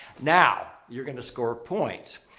now, you're going to score points.